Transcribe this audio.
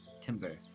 Timber